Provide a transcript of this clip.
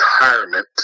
retirement